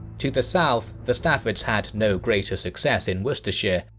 to the south, the staffords had no greater success in worcestershire,